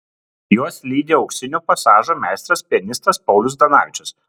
juos lydi auksinių pasažų meistras pianistas paulius zdanavičius